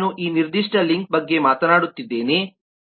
ನಾನು ಈ ನಿರ್ದಿಷ್ಟ ಲಿಂಕ್ ಬಗ್ಗೆ ಮಾತನಾಡುತ್ತಿದ್ದೇನೆ